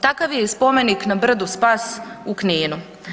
Takav je i spomenik na brdu Spas u Kninu.